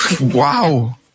Wow